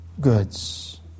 goods